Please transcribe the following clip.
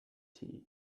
tea